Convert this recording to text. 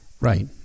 Right